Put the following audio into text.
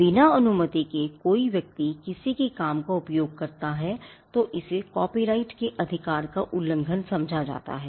बिना अनुमति के कोई व्यक्ति किसी के काम का उपयोग करता हैतो इसे कॉपीराइट के अधिकार का उल्लंघन समझा जाता है